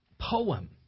poem